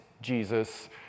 Jesus